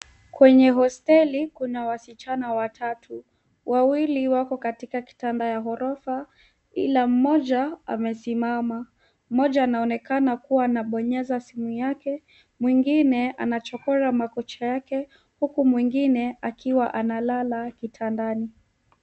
Kwenye hosteli, kuna wasichana watatu. Wawili wako katika kitanda ya ghorofa ila mmoja amesimama. Mmoja anaonekana kuwa anabonyeza simu yake, mwingine anachokora makucha yake huku mwingine akiwa analala kitandani.